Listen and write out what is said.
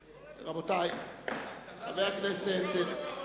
כל הכבוד לברק.